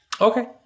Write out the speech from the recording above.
Okay